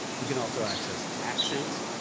you can also access accent